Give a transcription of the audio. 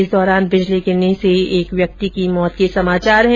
इस दौरान बिजली गिरने से एक व्यक्ति की मौत हो गई